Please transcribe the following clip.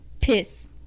piss